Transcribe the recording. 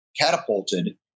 catapulted